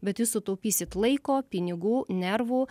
bet jūs sutaupysit laiko pinigų nervų